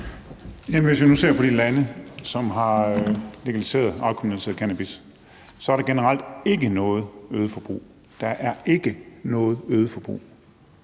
Hvis vi nu ser på de lande, som har legaliseret og afkriminaliseret cannabis, er der generelt ikke noget øget forbrug – der er ikke noget øget forbrug.